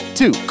two